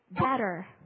better